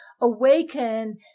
awaken